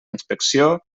inspecció